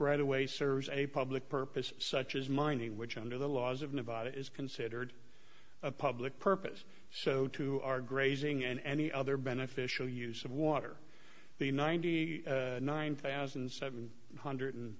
right away serves a public purpose such as mining which under the laws of nevada is considered a public purpose so too are grazing and any other beneficial use of water the ninety nine thousand seven hundred